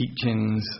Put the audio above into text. teachings